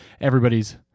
Everybody's